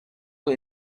who